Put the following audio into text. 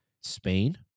Spain